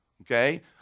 Okay